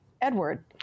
Edward